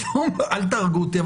אל תהרגו אותי,